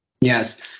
Yes